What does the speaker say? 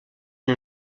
une